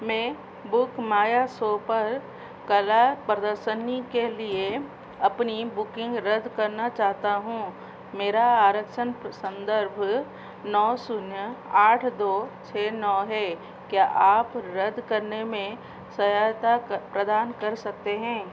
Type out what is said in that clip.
मैं BookMyShow पर कला प्रदर्शनी के लिए अपनी बुकिंग रद्द करना चाहता हूँ मेरा आरक्षण संदर्भ नौ शून्य आठ दो छः नौ है क्या आप रद्द करने में सहायता प्रदान कर सकते हैं